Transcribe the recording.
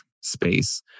space